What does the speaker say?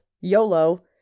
YOLO